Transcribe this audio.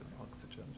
oxygen